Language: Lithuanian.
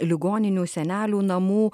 ligoninių senelių namų